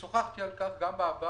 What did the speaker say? ושוחחתי על כך גם בעבר,